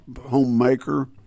homemaker